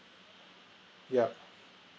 yup